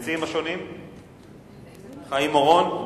חיים אורון?